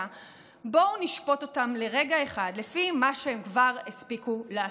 לנתניהו ומצפה שהוא באמת ימלא את ההסכמים שהוא חותם עליהם.